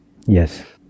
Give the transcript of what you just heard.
yes